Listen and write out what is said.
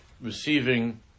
receiving